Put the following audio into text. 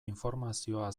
informazioa